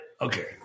Okay